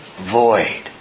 void